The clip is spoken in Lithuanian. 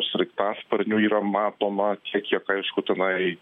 sraigtasparnių yra matoma tiek kiek aišku tenai